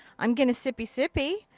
i'm gonna sippy sippy.